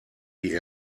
die